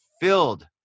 filled